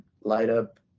light-up